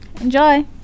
enjoy